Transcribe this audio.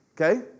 Okay